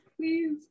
please